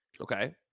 Okay